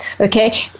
okay